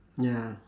ya